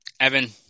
Evan